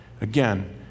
Again